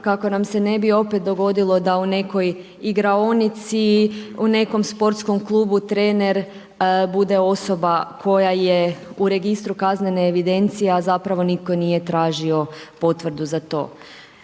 kako nam se ne bi opet dogodilo da u nekoj igraonici, u nekom sportskom klubu trener bude osoba koja je u registru kaznene evidencije, a zapravo nitko nije tražio potvrdu za to.